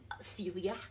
Celiac